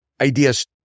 ideas